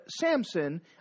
Samson